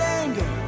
anger